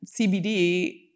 cbd